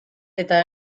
eta